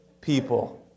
people